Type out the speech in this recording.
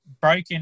broken